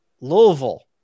Louisville